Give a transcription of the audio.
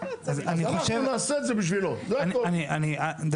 אז אני חושב --- אז אנחנו נעשה את זה בשבילו,